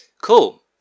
Cool